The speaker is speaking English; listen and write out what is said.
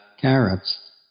carrots